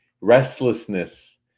restlessness